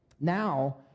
Now